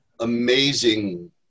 amazing